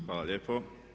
Hvala lijepo.